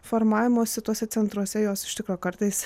formavimosi tuose centruose jos iš tikro kartais